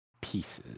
pieces